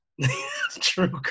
True